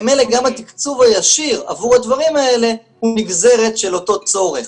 ממילא גם התקצוב הישיר עבור הדברים האלה הוא נגזרת של אותו צורך.